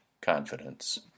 confidence